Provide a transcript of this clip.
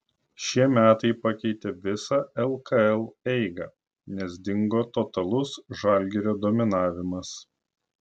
šie metai pakeitė visą lkl eigą nes dingo totalus žalgirio dominavimas